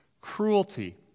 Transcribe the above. cruelty